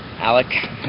Alec